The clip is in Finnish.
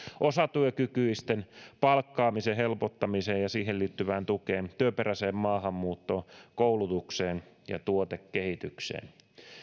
osatyökykyisten palkkaamisen helpottamiseen ja siihen liittyvään tukeen työperäiseen maahanmuuttoon koulutukseen ja tuotekehitykseen